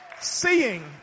seeing